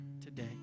today